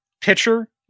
Pitcher